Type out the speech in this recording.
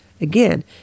Again